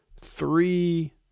three